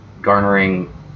garnering